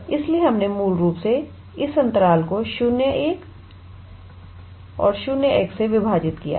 इसलिए हमने मूल रूप से इस अंतराल को 01 0 x से विभाजित किया है